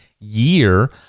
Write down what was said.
year